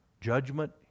judgment